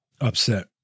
upset